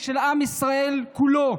של עם ישראל כולו.